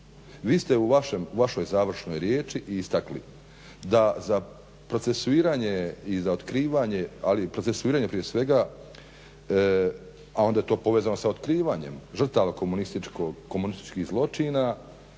vi ste u vašoj završnoj riječi istakli da za procesuiranje i za otkrivanje, ali procesuiranje prije svega a onda je to povezano sa otkrivanjem žrtava komunističkih zločina